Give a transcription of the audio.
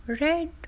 red